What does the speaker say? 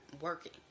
working